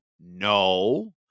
no